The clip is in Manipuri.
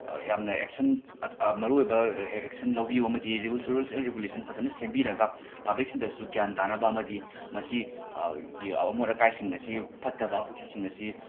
ꯌꯥꯝꯅ ꯑꯦꯛꯁꯟ ꯃꯔꯨ ꯑꯣꯏꯕ ꯑꯦꯛꯁꯟ ꯂꯧꯕꯤꯌꯨ ꯑꯃꯗꯤ ꯔꯨꯜꯁ ꯔꯨꯜꯁ ꯑꯦꯟ ꯔꯤꯒꯨꯂꯦꯁꯟ ꯐꯖꯅ ꯁꯦꯝꯕꯤꯔꯒ ꯄꯥꯕ꯭ꯂꯤꯛꯁꯤꯡꯗꯁꯨ ꯒ꯭ꯌꯥꯟ ꯇꯥꯅꯕ ꯑꯃꯗꯤ ꯃꯁꯤ ꯒꯤ ꯑꯃꯣꯠ ꯑꯀꯥꯏꯁꯤꯡ ꯑꯁꯤ ꯐꯠꯇ ꯍꯥꯎꯊꯤꯁꯤꯡ ꯑꯁꯤ